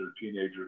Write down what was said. teenagers